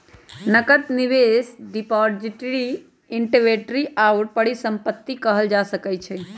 नकद, निवेश, depository, inventory आउरो के परिसंपत्ति कहल जा सकइ छइ